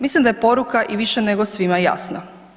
Mislim da je poruka i više nego svima jasna.